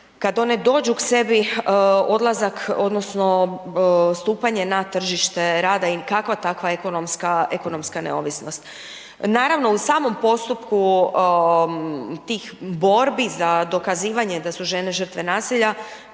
kad one dođu k sebi odlazak, odnosno stupanje na tržište rada i kakva takva ekonomska neovisnost. Naravno u samom postupku tih borbi za dokazivanje da su žene žrtve nasilja,